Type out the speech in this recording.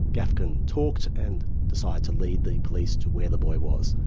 gafgen talked and decided to lead the police to where the boy was.